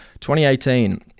2018